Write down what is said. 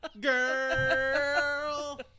Girl